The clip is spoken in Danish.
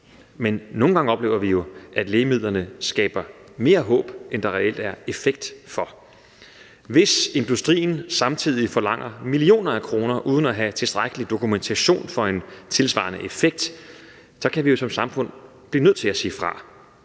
men nogle gange oplever vi jo, at lægemidlerne skaber for stort håb, i forhold til hvad effekten reelt er. Hvis industrien samtidig forlanger millioner af kroner uden at have tilstrækkelig dokumentation for en tilsvarende effekt, kan vi jo som samfund blive nødt til at sige fra.